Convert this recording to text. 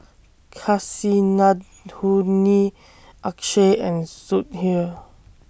Kasinadhuni Akshay and Sudhir